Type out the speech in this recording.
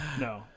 No